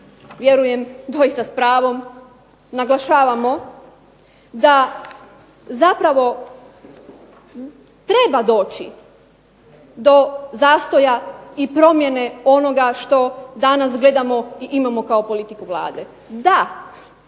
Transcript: vjerujem doista s pravom naglašavamo da zapravo treba doći do zastoja i promjene onoga što danas gledamo i imamo kao politiku Vlade. Da,